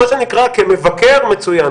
מה שנקרא כמבקר זה מצוין,